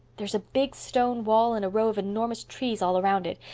there's a big stone wall and a row of enormous trees all around it,